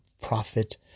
prophet